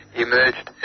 emerged